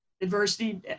adversity